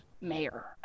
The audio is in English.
mayor